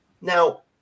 Now